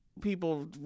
people